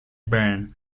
burn